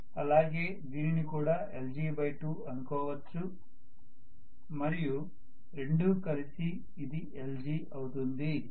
అలాగే దీనిని కూడా lg2 అనుకోవచ్చు మరియు రెండూ కలిసి ఇది lg అవుతుంది